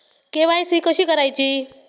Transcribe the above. KYC कशी करायची?